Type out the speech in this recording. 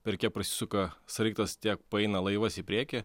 per kiek prasisuka sraigtas tiek paeina laivas į priekį